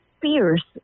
fierce